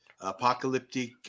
apocalyptic